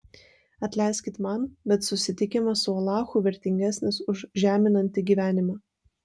atleiskit man bet susitikimas su alachu vertingesnis už žeminantį gyvenimą